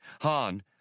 Han